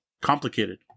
complicated